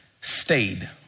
stayed